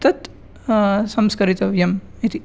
तद् संस्करितव्यम् इति